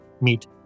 meet